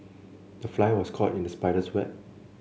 the fly was caught in the spider's web